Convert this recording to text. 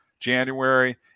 January